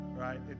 right